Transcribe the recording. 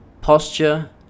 posture